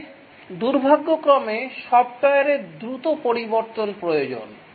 তবে দুর্ভাগ্যক্রমে সফ্টওয়্যারের দ্রুত পরিবর্তন প্রয়োজন